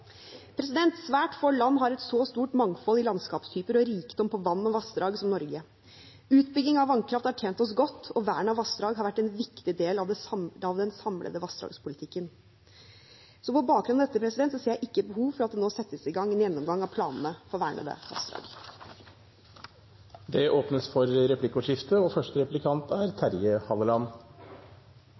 Svært få land har et så stort mangfold i landskapstyper og rikdom på vann og vassdrag som Norge. Utbygging av vannkraft har tjent oss godt, og vern av vassdrag har vært en viktig del av den samlede vassdragspolitikken. På bakgrunn av dette ser jeg ikke behov for at det nå settes i gang en gjennomgang av planene for vernede vassdrag. Det blir replikkordskifte.